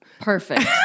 Perfect